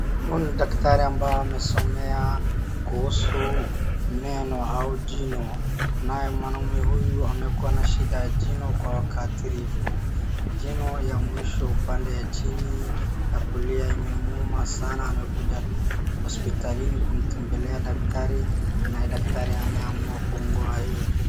Huyu ni daktari ambaye amesomea kuhusu meno au jino. Naye mwanaume huyu amekuwa na shida ya jino kwa wakatilifu. Jino ya mwisho upande wa chini inauma sana anakuja hospitalini kumtembelea daktari naye daktari ameamua kumngoa hiyo jino.